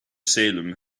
salem